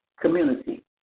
community